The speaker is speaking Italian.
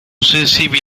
sensibile